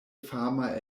fama